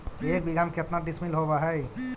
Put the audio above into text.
एक बीघा में केतना डिसिमिल होव हइ?